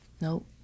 nope